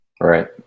Right